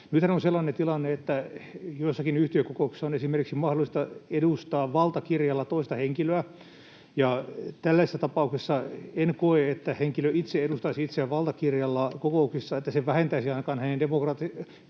Nythän on sellainen tilanne, että joissakin yhtiökokouksissa on esimerkiksi mahdollista edustaa valtakirjalla toista henkilöä. Ja en koe, että se, että henkilö edustaisi omana itsenään kokouksessa itseään, ainakaan vähentäisi hänen demokraattisia